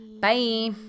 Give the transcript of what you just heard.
Bye